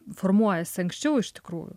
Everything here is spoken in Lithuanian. formuojasi anksčiau iš tikrųjų